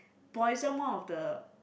poison one of the